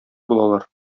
булалар